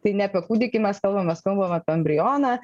tai ne apie kūdikį mes kalbam mes kalbam apie embrioną